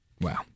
Wow